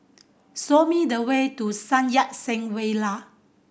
show me the way to Sun Yat Sen Villa